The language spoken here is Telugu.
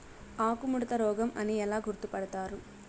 ఆకుముడత రోగం అని ఎలా గుర్తుపడతారు?